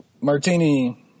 martini –